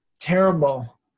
terrible